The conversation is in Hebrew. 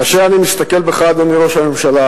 כאשר אני מסתכל בך, אדוני ראש הממשלה,